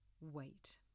wait